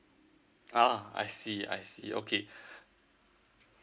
uh I see I see okay